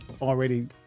already